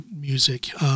music